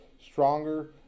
stronger